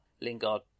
Lingard